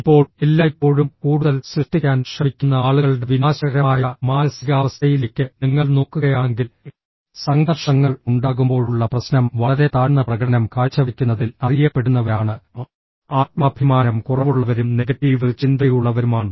ഇപ്പോൾ എല്ലായ്പ്പോഴും കൂടുതൽ സൃഷ്ടിക്കാൻ ശ്രമിക്കുന്ന ആളുകളുടെ വിനാശകരമായ മാനസികാവസ്ഥയിലേക്ക് നിങ്ങൾ നോക്കുകയാണെങ്കിൽ സംഘർഷങ്ങൾ ഉണ്ടാകുമ്പോഴുള്ള പ്രശ്നം വളരെ താഴ്ന്ന പ്രകടനം കാഴ്ചവയ്ക്കുന്നതിൽ അറിയപ്പെടുന്നവരാണ് ആത്മാഭിമാനം കുറവുള്ളവരും നെഗറ്റീവ് ചിന്തയുള്ളവരുമാണ്